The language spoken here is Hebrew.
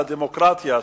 לדמוקרטיה.